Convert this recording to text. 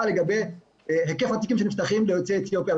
לגבי היקף התיקים שנפתחים ליוצאי אתיופיה,